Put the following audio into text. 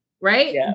right